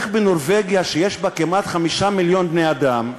איך בנורבגיה, שיש בה כמעט 5 מיליון בני-אדם,